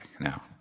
now